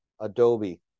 Adobe